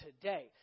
today